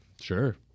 Sure